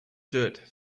dirt